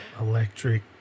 Electric